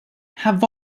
have